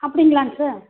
அப்படிங்களாங்க sir